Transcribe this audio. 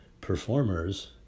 performers